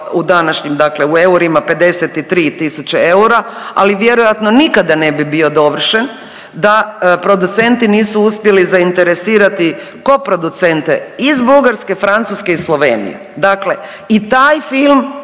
u današnjim dakle u eurima 53 tisuće eura ali vjerojatno nikada ne bi bio dovršen da producenti nisu uspjeli zainteresirati koproducente iz Bugarske, Francuske i Slovenije. Dakle i taj film